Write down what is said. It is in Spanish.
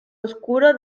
oscuro